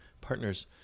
partners